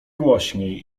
głośniej